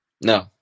No